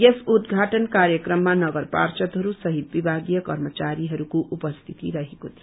यस उद्घाटन कार्यक्रममा नगर पार्ध्दहरूसहित विभागीय कर्मचारीहरूको उपस्थिति रहेको थियो